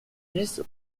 fils